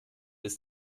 ist